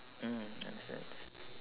mm understand